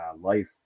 life